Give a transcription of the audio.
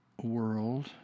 world